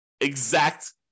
exact